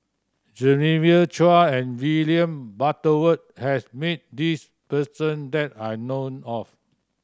Genevieve Chua and William Butterworth has meet this person that I know of